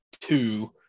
two